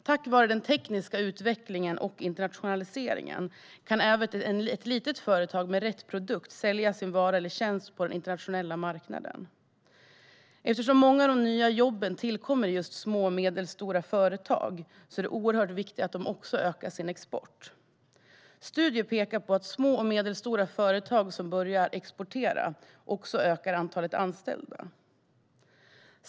Tack vare den tekniska utvecklingen och internationaliseringen kan även ett litet företag med rätt produkt sälja sin vara eller tjänst på den internationella marknaden. Eftersom många av de nya jobben tillkommer i just små och medelstora företag är det viktigt att dessa också ökar sin export. Studier pekar på att små och medelstora företag som börjar exportera också ökar antalet anställda.